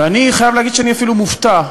ואני חייב להגיד שאני אפילו מופתע,